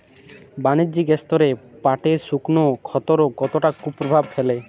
বাণিজ্যিক স্তরে পাটের শুকনো ক্ষতরোগ কতটা কুপ্রভাব ফেলে?